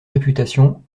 réputation